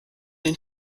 den